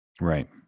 Right